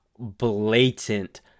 blatant